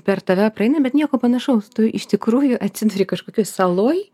per tave praeina bet nieko panašaus tu iš tikrųjų atsiduri kažkokioj saloj